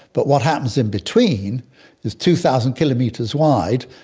but what happens in between is two thousand kilometres wide,